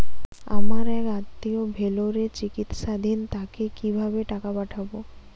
আমার এক আত্মীয় ভেলোরে চিকিৎসাধীন তাকে কি ভাবে টাকা পাঠাবো?